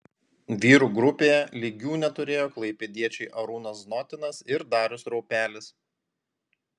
vyrų grupėje lygių neturėjo klaipėdiečiai arūnas znotinas ir darius raupelis